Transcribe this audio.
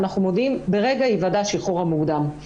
אנחנו מודיעים ברגע היוודע השחרור המוקדם.